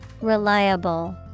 reliable